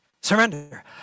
surrender